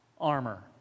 armor